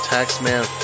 Taxman